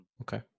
Okay